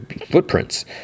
footprints